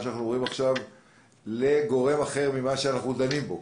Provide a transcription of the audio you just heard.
שאנחנו אומרים עכשיו לגורם אחר ממה שאנחנו דנים בו,